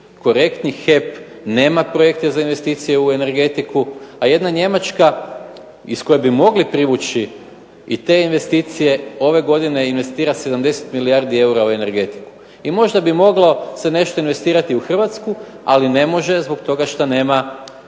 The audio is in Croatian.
korektni, HEP nema projekte za investiciju u energetiku a jedna Njemačka iz koje bi mogli privući te investicije ove godine investira 70 milijardi eura u energetiku. I možda bi moglo nešto se investirati u Hrvatsku ali ne može zbog toga što nema projekata,